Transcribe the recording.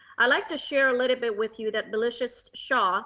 i like to share a little bit with you that melissa so shaw